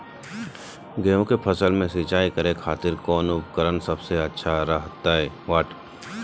गेहूं के फसल में सिंचाई करे खातिर कौन उपकरण सबसे अच्छा रहतय?